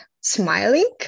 smiling